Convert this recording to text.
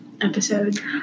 episode